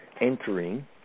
entering